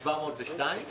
על 702 מיליארד?